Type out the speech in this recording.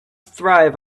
thrive